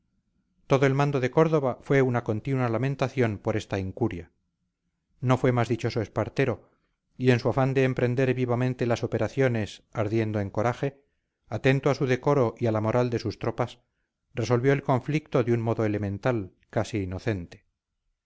todo el mando de córdoba fue una continua lamentación por esta incuria no fue más dichoso espartero y en su afán de emprender vivamente las operaciones ardiendo en coraje atento a su decoro y a la moral de sus tropas resolvió el conflicto de un modo elemental casi inocente